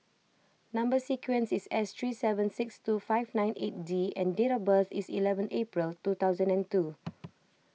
Number Sequence is S three seven six two five nine eight D and date of birth is eleven April two thousand and two